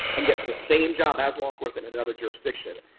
and get the same job as law enforcement in another jurisdiction.